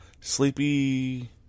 sleepy